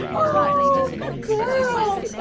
oh, good girl!